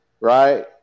right